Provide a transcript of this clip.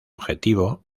objetivo